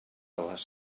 les